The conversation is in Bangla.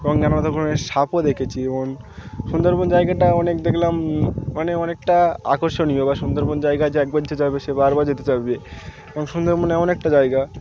এবং যেন অনেক ধরনের সাপও দেখেছি এবং সুন্দরবন জায়গাটা অনেক দেখলাম মানে অনেকটা আকর্ষণীয় বা সুন্দরবন জায়গায় যে একবার যে যাবে সে বার বার যেতে চাইবে এবং সুন্দরবন এমন একটা জায়গা